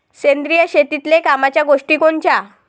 सेंद्रिय शेतीतले कामाच्या गोष्टी कोनच्या?